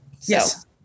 Yes